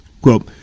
Quote